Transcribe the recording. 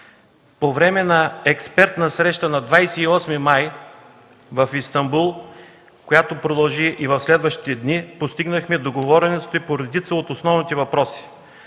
По време на експертна среща на 28 май в Истанбул, която продължи и в следващите дни, постигнахме договорености по редица от основните въпроси.